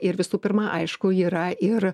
ir visų pirma aišku yra ir